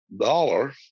dollar